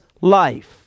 life